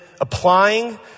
applying